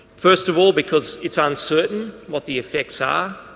first of all because it's uncertain what the effects are,